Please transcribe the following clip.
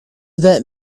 that